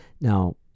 Now